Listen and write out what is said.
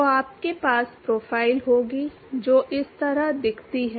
तो आपके पास प्रोफ़ाइल होगी जो इस तरह दिखती है